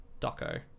doco